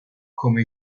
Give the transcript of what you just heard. come